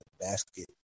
basket